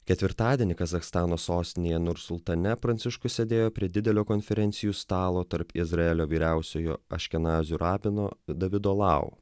ketvirtadienį kazachstano sostinėje nursultane pranciškus sėdėjo prie didelio konferencijų stalo tarp izraelio vyriausiojo aškenazių rabino davido lau